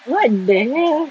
what the hell